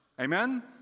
Amen